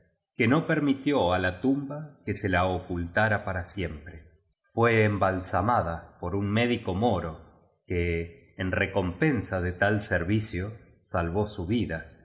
que no permitió a la tumba que se la ocultara para siempre fue embalsamada por un médico moro que en recompensa de tal servicio salvó su vida